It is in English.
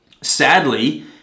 Sadly